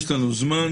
יש לנו זמן,